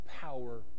power